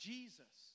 Jesus